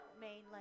mainland